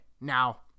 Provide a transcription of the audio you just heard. Now